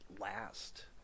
last